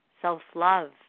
self-love